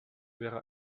wäre